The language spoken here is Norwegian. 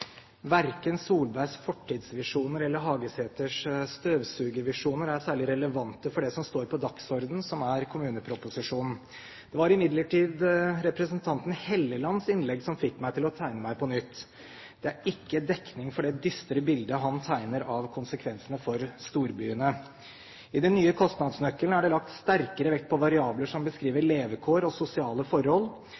Verken Solbergs fortidsvisjoner eller Hagesæters støvsugervisjoner er særlig relevante for det som står på dagsordenen, som er kommuneproposisjonen. Det var imidlertid representanten Trond Hellelands innlegg som fikk meg til å tegne meg på nytt. Det er ikke dekning for det dystre bildet han tegner av konsekvensene for storbyene. I den nye kostnadsnøkkelen er det lagt sterkere vekt på variabler som beskriver